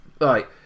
Right